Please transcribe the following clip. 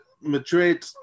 Madrid